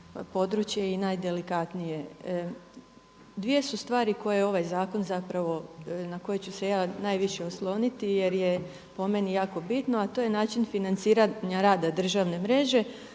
i najdelikatnije. Dvije su stvari koje ovaj zakon zapravo, na koje ću se ja najviše osloniti jer je po meni jako bitno a to je način financiranja rada države mreže